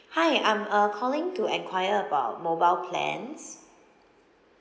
hi I'm uh calling to enquire about mobile plans